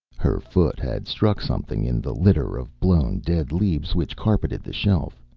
her foot had struck something in the litter of blown dead leaves which carpeted the shelf.